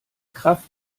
kraft